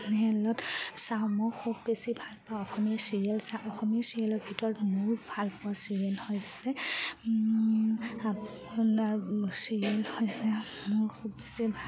চিৰিয়েলত চাওঁ মই খুব বেছি ভাল পাওঁ অসমীয়া চিৰিয়েল চাওঁ অসমীয়া চিৰিয়েলৰ ভিতৰত মোৰ ভাল পোৱা চিৰিয়েল হৈছে আপোনাৰ চিৰিয়েল হৈছে মোৰ খুব বেছি ভাল